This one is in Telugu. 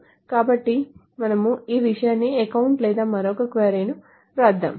కాబట్టి మనము ఈ విషయాన్ని అకౌంట్ లేదా మరొక క్వరీ ను వ్రాద్దాం